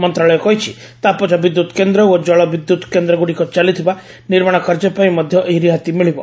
ମନ୍ତ୍ରଣାଳୟ କହିଛି ତାପଜ ବିଦ୍ୟୁତ୍ କେନ୍ଦ୍ର ଓ ଜଳ ବିଦ୍ୟୁତ କେନ୍ଦ୍ରଗୁଡ଼ିକ ଚାଲିଥିବା ନିର୍ମାଣ କାର୍ଯ୍ୟ ପାଇଁ ମଧ୍ୟ ଏହି ରିହାତି ମିଳିବ